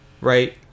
Right